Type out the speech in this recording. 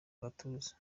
gatuza